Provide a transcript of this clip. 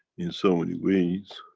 in so many ways,